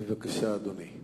בבקשה, אדוני.